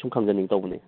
ꯁꯨꯝ ꯈꯪꯖꯅꯤꯡ ꯇꯧꯕꯅꯤ